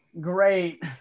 Great